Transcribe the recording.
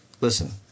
Listen